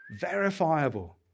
verifiable